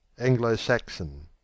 Anglo-Saxon